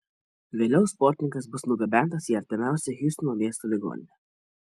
vėliau sportininkas bus nugabentas į artimiausią hjustono miesto ligoninę